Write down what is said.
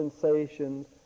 sensations